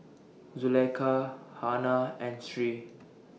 Zulaikha Hana and Sri